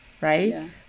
Right